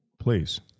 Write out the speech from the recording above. please